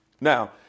Now